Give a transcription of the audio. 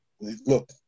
look